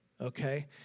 Okay